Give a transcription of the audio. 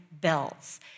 bells